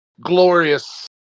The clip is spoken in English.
glorious